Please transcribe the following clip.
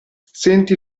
senti